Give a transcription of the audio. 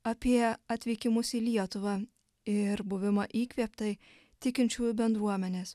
apie atvykimus į lietuvą ir buvimą įkvėptai tikinčiųjų bendruomenės